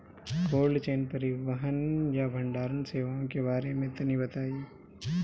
Cold chain परिवहन या भंडारण सेवाओं के बारे में तनी बताई?